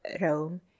Rome